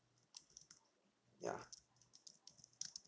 ya